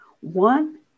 One